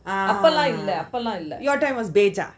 ah your time was becak